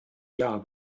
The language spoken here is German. jahr